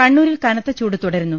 കണ്ണൂരിൽ കനത്ത ചൂട് തുടരുന്നു